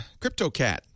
CryptoCat